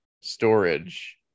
storage